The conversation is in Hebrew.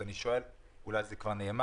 אז אני שואל ואולי זה כבר נאמר,